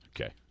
okay